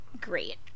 great